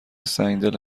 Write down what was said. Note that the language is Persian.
سنگدل